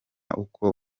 n’uko